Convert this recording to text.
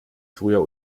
früher